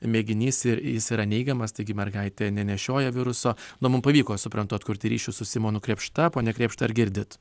mėginys ir jis yra neigiamas taigi mergaitė nenešioja viruso na mum pavyko suprantu atkurti ryšį su simonu krėpšta pone krėpšta ar girdit